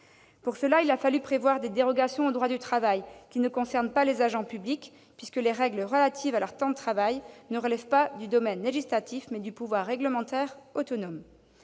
Pour ce faire, il a fallu prévoir des dérogations au droit du travail, qui ne concernent pas les agents publics, puisque les règles relatives à leur temps de travail relèvent non pas du domaine législatif, mais du pouvoir réglementaire autonome.